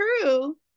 true